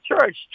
church